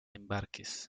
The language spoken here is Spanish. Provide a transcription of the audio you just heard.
embarques